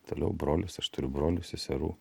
toliau brolius aš turiu brolių seserų